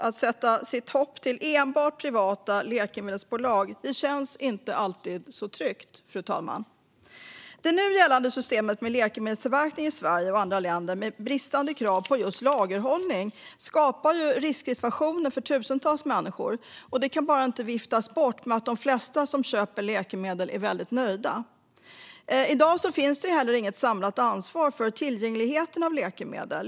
Att sätta sitt hopp till enbart privata läkemedelsbolag känns inte alltid tryggt, fru talman. Det nu gällande systemet med läkemedelstillverkning i Sverige och i andra länder och med bristande krav på just lagerhållning skapar risksituationer för tusentals människor. Det kan inte viftas bort med att de flesta som köper läkemedel är väldigt nöjda. I dag finns det heller inget samlat ansvar för tillgängligheten när det gäller läkemedel.